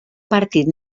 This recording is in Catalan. partit